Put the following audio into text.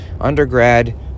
Undergrad